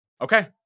okay